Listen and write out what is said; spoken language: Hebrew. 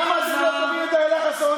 למה אתם לא תובעים את אילה חסון?